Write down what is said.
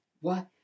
What